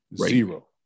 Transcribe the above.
zero